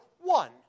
one